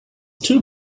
too